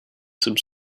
some